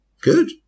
Good